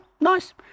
Nice